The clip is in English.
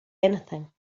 anything